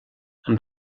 amb